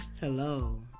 Hello